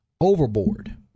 Overboard